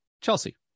Chelsea